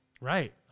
Right